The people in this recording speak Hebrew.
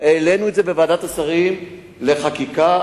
בוועדת השרים לחקיקה,